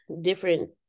different